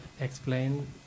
explain